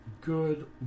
Good